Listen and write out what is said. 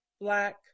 Black